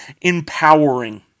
empowering